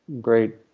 great